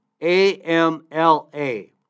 A-M-L-A